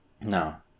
No